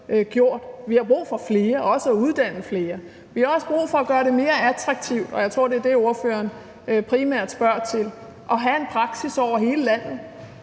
Vi har brug for flere, også at uddanne flere. Vi har også brug for at gøre det mere attraktivt – og jeg tror, det er det, ordføreren primært spørger til – at have praksisser over hele landet,